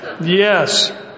Yes